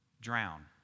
drown